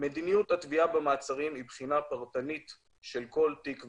מדיניות התביעה במעצרים היא בחינה פרטנית של כל תיק ותיק.